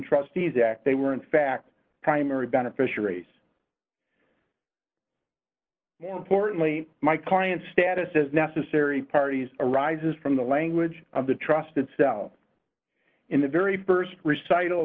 act they were in fact primary beneficiaries more importantly my client's status as necessary parties arises from the language of the trust itself in the very st recital